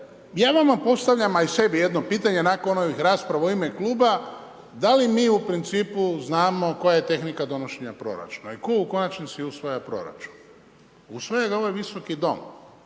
ja vama postavljam, a i sebi jedno pitanje nakon onih rasprava u ime kluba, da li mi u principu znamo koja je tehnika donošenja proračuna i tko u konačnici usvaja proračun? Usvaja ga ovaj visoki Dom.